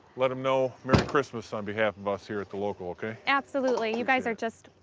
let them know merry christmas on behalf of us here at the local, okay? absolutely, you guys are just,